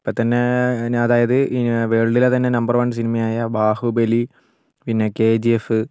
ഇപ്പോൾത്തന്നെ ഇനി അതായത് വേൾഡിലെ തന്നെ നമ്പർ വൺ സിനിമയായ ബാഹുബലി പിന്നെ കെ ജി എഫ്